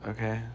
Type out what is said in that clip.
Okay